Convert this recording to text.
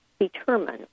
determine